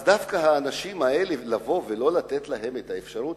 אז דווקא האנשים האלה, לא לתת להם את האפשרות?